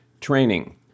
training